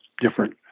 different